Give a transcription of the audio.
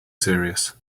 serious